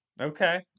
Okay